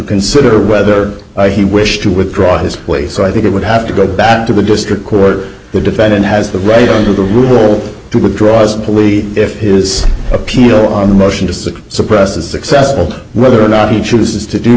consider whether he wished to withdraw his play so i think it would have to go back to the district court the defendant has the right to the rule to withdraw its police if his appeal on the motion to suppress a successful whether or not he chooses to do